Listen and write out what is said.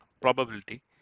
Probability